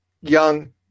young